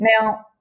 Now